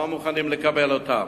לא מוכנים לקבל אותם.